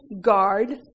guard